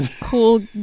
cool